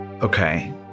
Okay